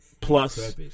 Plus